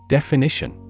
Definition